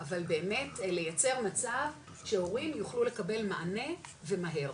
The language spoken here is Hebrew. אבל באמת לייצר מצב שהורים יוכלו לקבל מענה ומהר.